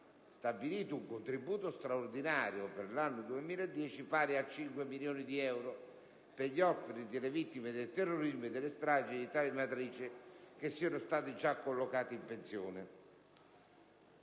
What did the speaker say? stabilito un contributo straordinario per l'anno 2010 pari a 5 milioni di euro per gli orfani delle vittime di terrorismo e delle stragi di tale matrice che siano stati già collocati in pensione.